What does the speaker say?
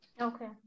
Okay